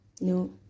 no